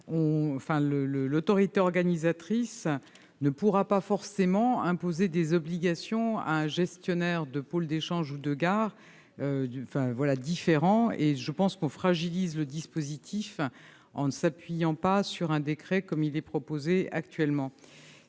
l'autorité organisatrice ne pourra pas forcément imposer des obligations différentes à un gestionnaire de pôle d'échanges ou de gare. On fragiliserait le dispositif en ne s'appuyant pas sur un décret, comme cela est proposé actuellement.